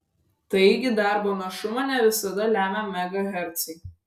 taigi darbo našumą ne visada lemia megahercai